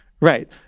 Right